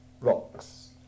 rocks